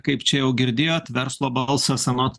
kaip čia jau girdėjot verslo balsas anot